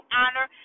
honor